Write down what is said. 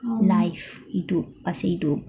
life hidup pasal hidup